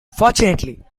fortunately